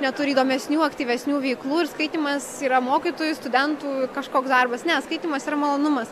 neturi įdomesnių aktyvesnių veiklų ir skaitymas yra mokytojų studentų kažkoks darbas ne skaitymas ir malonumas